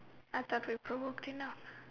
I thought we broke enough